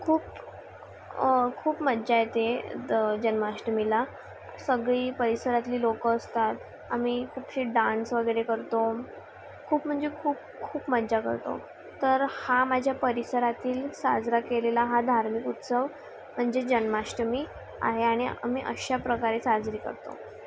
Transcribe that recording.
खूप खूप मजा येते द जन्माष्टमीला सगळी परिसरातली लोक असतात आम्ही खूप असे डान्स वगैरे करतो खूप म्हणजे खूप खूप मजा करतो तर हा माझ्या परिसरातील साजरा केलेला हा धार्मिक उत्सव म्हणजे जन्माष्टमी आहे आणि आम्ही अशा प्रकारे साजरी करतो